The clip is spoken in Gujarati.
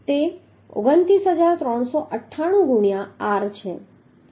તે 29398 ગુણ્યા r છે